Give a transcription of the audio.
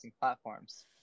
platforms